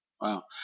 Wow